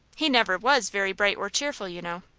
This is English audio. he never was very bright or cheerful, you know.